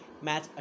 match